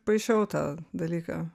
paišiau tą dalyką